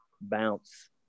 bounce